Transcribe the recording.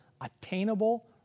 attainable